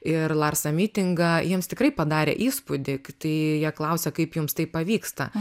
ir larsa mitinga jiems tikrai padarė įspūdį tai jie klausia kaip jums taip pavyksta